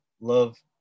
love